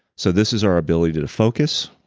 so, this is our ability to to focus,